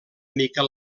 miquel